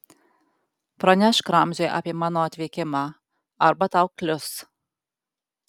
pranešk ramziui apie mano atvykimą arba tau klius